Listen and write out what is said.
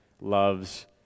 loves